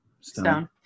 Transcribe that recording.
stone